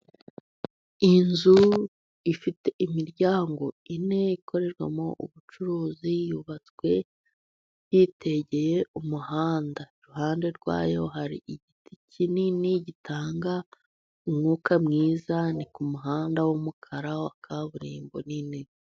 Inzu ifite imiryango enye ikorerwamo ubucuruzi, yubatswe hitegeye umuhanda. Iruhande rwayo hari igiti kinini gitanga umwuka mwiza, ni ku muhanda w'umukara wa kaburimbo nini.